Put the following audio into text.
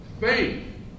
faith